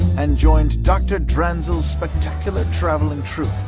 and joined dr. dranzel's spectacular traveling troupe,